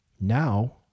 Now